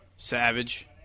Savage